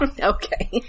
Okay